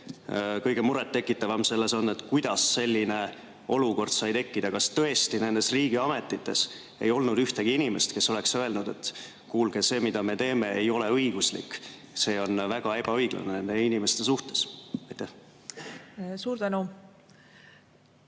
Kõige murettekitavam selles on, kuidas selline olukord sai tekkida. Kas tõesti nendes riigiametites ei olnud ühtegi inimest, kes oleks öelnud, et kuulge, see, mida me teeme, ei ole õiguslik, see on väga ebaõiglane nende inimeste suhtes? Suur tänu!